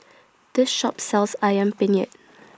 This Shop sells Ayam Penyet